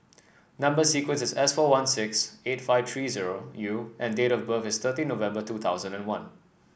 number sequence is S four one six eight five three zero U and date of birth is thirty November two thousand and one